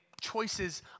choices